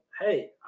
Hey